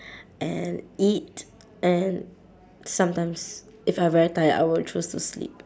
and eat and sometimes if I very tired I would choose to sleep